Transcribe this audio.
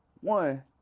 one